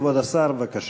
כבוד השר, בבקשה.